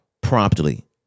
promptly